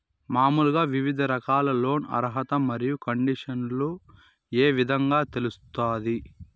మామూలుగా వివిధ రకాల లోను అర్హత మరియు కండిషన్లు ఏ విధంగా తెలుస్తాది?